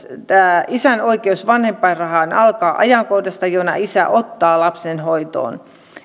tämä isän oikeus vanhempainrahaan alkaa ajankohdasta jona isä ottaa lapsen hoitoon